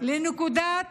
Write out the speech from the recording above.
לנקודת